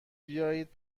بیاید